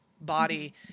body